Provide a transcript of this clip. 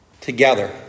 together